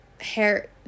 hair